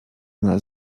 nas